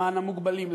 למען המוגבלים,